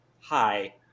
Hi